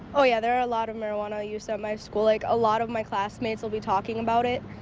oh yeah, there are a lot of marijuana use at my school, like a lot of my class mates will be talking about it,